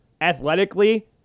athletically